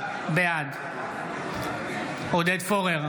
בעד עודד פורר,